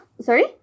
sorry